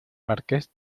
marqués